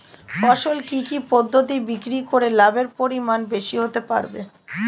ফসল কি কি পদ্ধতি বিক্রি করে লাভের পরিমাণ বেশি হতে পারবে?